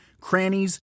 crannies